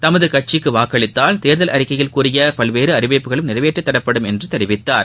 தமது கட்சிக்கு வாக்களித்தால் தேர்தல் அறிக்கையில் கூறிய பல்வேறு அறிவிப்புகளும் நிறைவேற்றித் தரப்படும் என்றும் தெரிவித்தார்